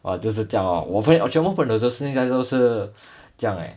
!wah! 就是这样 lor 我全部朋友这些都是这样 eh